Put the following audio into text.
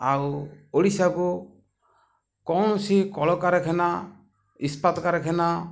ଆଉ ଓଡ଼ିଶାକୁ କୌଣସି କଳକାରଖାନା ଇସ୍ପାତ କାରାଖାନା